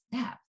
step